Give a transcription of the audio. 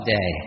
Day